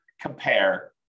compare